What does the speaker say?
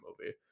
movie